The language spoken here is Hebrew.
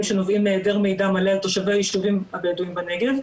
שנובעים מהיעדר מידע מלא על תושבי ישובים הבדואים בנגב,